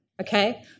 okay